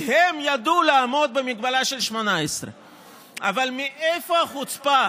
כי הם ידעו לעמוד במגבלה של 18. אבל מאיפה החוצפה?